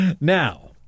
Now